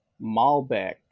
Malbec